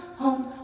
home